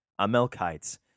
Amelkites